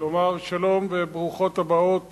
לומר שלום וברוכות הבאות